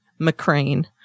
McCrane